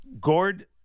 Gord